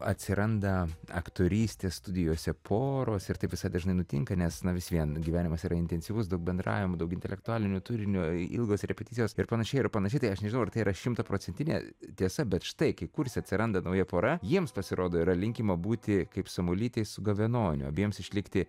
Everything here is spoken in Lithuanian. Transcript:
atsiranda aktorystės studijose poros ir taip visa dažnai nutinka nes na vis vien gyvenimas yra intensyvus daug bendravimo daug intelektualinio turinio ilgos repeticijos ir panašiai ir panašiai tai aš nežinau ar tai yra šimtaprocentinė tiesa bet štai kai kurse atsiranda nauja pora jiems pasirodo yra linkima būti kaip samuolytei su gavenoniu abiems išlikti